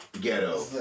ghetto